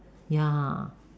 ya